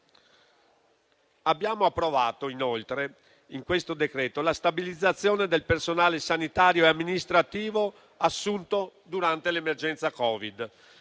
Abbiamo approvato, inoltre, con questo decreto, la stabilizzazione del personale sanitario e amministrativo assunto durante l'emergenza Covid.